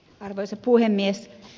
arvoisa puhemies